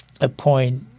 appoint